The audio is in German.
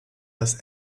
das